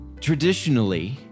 Traditionally